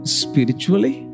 spiritually